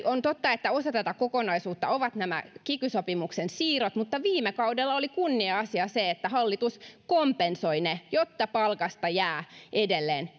on totta että osa tätä kokonaisuutta ovat nämä kiky sopimuksen siirrot mutta viime kaudella oli kunnia asia se että hallitus kompensoi ne jotta palkasta jää edelleen